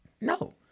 no